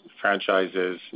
franchises